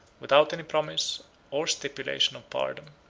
without any promise or stipulation of pardon.